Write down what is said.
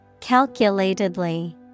Calculatedly